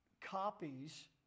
copies